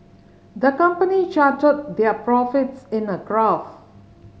the company charted their profits in a graph